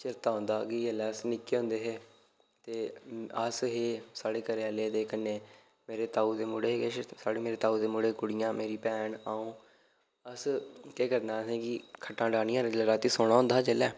चेता औंदा कि जेल्ले अस निक्के होंदे हे ते अस हे साढ़े घरै आह्ले ते कन्नै मेरे ताऊ दे मुड़े किश मेरे ताऊ दे कुड़ियां मुड़े मेरी भैन अ'ऊं अस केह् करना असें जी खट्टां डाह्नियां जेल्लै रातीं सौना होंदा हा जेल्लै